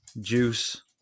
juice